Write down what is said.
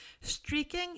Streaking